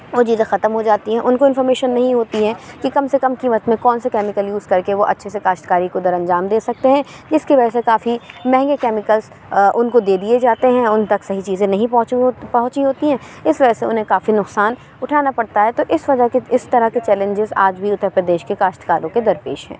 وہ چیزیں ختم ہو جاتی ہیں اُن کو انفارمیشن نہیں ہوتی ہیں کہ کم سے کم قیمت میں کون سے کیمیکل یوز کر کے وہ اچھے سے کاشتکاری کو در انجام دے سکتے ہیں جس کی وجہ سے کافی مہنگے کیمیکلس اُن کو دے دیے جاتے ہیں اُن تک صحیح چیزیں نہیں پہنچی ہوتی ہیں اِس وجہ سے اِنہیں کافی نقصان اُٹھانا پڑتا ہے تو اِس وجہ کے اِس طرح کے چیلنجز آج بھی اُترپردیش کے کاشتکاروں کے درپیش ہیں